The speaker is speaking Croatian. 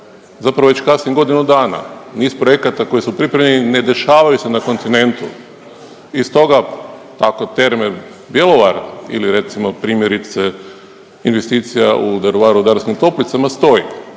zapravo već kasni godinu dana, niz projekta koji su pripremljeni ne dešavaju se na kontinentu. I stoga tako Terme Bjelovar ili recimo primjerice investicija u Daruvaru u Daruvarskim toplicama stoji.